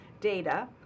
data